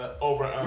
over